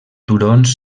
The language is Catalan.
turons